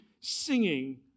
singing